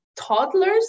toddlers